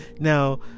now